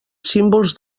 símbols